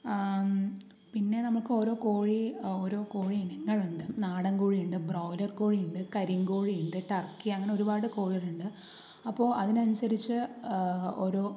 പിന്നെ നമുക്ക് ഓരോ കോഴി ഓരോ കോഴിയിനങ്ങളുണ്ട് നാടൻകോഴിയുണ്ട് ബ്രോയിലർ കോഴിയുണ്ട് കരിങ്കോഴിയുണ്ട് ടർക്കി അങ്ങനെ ഒരുപാട് കോഴികളുണ്ട് അപ്പോൾ അതിനനുസരിച്ചു ഒരു